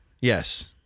yes